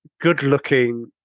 good-looking